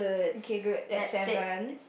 okay good that's seven